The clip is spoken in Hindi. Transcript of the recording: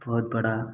बहुत बड़ा